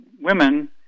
women